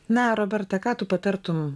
na roberta ką tu patartum